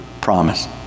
promise